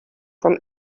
from